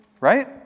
Right